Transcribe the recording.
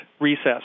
recess